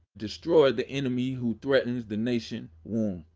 destroy the enemy who threatens the nation womb.